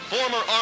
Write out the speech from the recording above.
Former